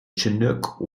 chinook